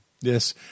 yes